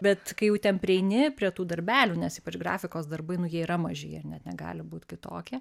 bet kai jau ten prieini prie tų darbelių nes ypač grafikos darbai nu jie yra maži jie net negali būt kitokie